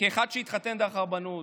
שהתחתן דרך הרבנות